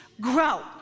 grow